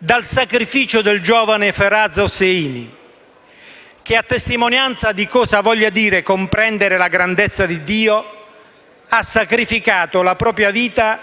dal sacrificio del giovane Faraaz Hossein, che, a testimonianza di cosa voglia dire comprendere la grandezza di Dio, ha sacrificato la propria vita